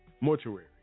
mortuary